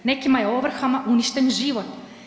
Nekima je ovrhama uništen život.